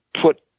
put